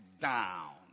down